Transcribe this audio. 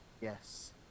Yes